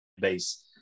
base